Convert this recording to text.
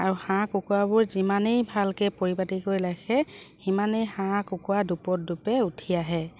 আৰু হাঁহ কুকুৰাবোৰ যিমানেই ভালকে পৰিপাতি কৰি ৰাখে সিমানেই হাঁহ কুকুৰা দোপতদোপে উঠি আহে